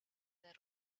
there